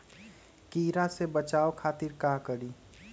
कीरा से बचाओ खातिर का करी?